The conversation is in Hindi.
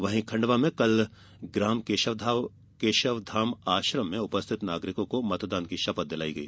वहीं खण्डवा में कल ग्राम केशवधाम आश्रम खण्डवा में उपस्थित नागरिकों को मतदान की शपथ दिलाई गई